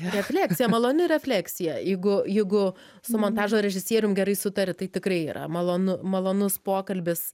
refleksija maloni refleksija jeigu jeigu su montažo režisierium gerai sutari tai tikrai yra malonu malonus pokalbis